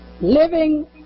Living